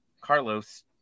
Carlos